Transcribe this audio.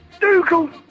Dougal